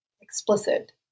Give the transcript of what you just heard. explicit